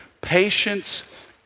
Patience